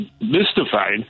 mystified